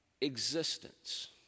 existence